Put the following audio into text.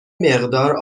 مقدار